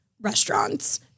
restaurants